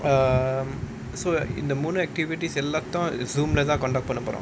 um so in the normal activities எல்லாத்தியும்:ellaaththiyum Zoom lah தான்:thaan conduct பண்ணபோறோம்:pannaporom